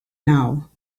now